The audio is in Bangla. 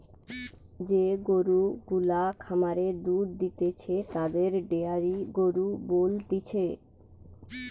যে গরু গুলা খামারে দুধ দিতেছে তাদের ডেয়ারি গরু বলতিছে